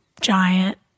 giant